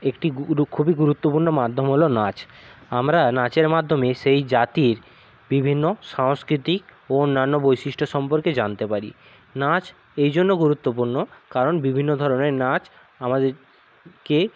একটি গু ডু খুবই গুরুত্বপূর্ণ মাধ্যম হল নাচ আমরা নাচের মাধ্যমে সেই জাতির বিভিন্ন সাংস্কৃতিক ও অন্যান্য বৈশিষ্ট্য সম্পর্কে জানতে পারি নাচ এই জন্য গুরুত্বপূর্ণ কারণ বিভিন্ন ধরণের নাচ আমাদেরকে